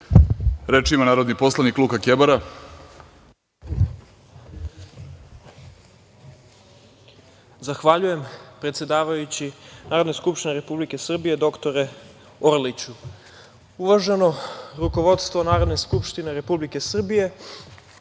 ima narodni poslanik Luka Kebara. **Luka Kebara** Zahvaljujem, predsedavajući Narodne skupštine Republike Srbije, dr Orliću. Uvaženo rukovodstvo Narodne skupštine Republike Srbije,